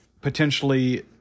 potentially